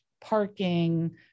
parking